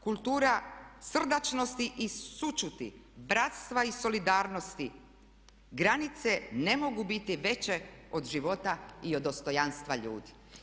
Kultura srdačnosti i sućuti, bratstva i solidarnosti, granice ne mogu biti veće od života i od dostojanstva ljudi.